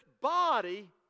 body